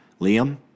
Liam